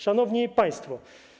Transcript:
Szanowni Państwo!